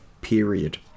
period